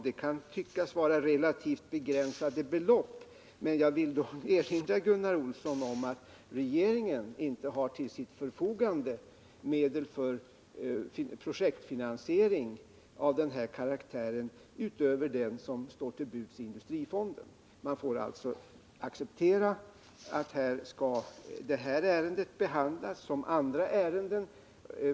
Det kan tyckas röra sig om relativt begränsade belopp, men jag vill erinra Gunnar Olsson om att regeringen inte har till sitt förfogande medel för finansiering av projekt av den här typen utöver dem som står till buds i industrifonden. Man får alltså acceptera att detta ärende skall behandlas på samma sätt som andra ärenden.